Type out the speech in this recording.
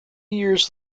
years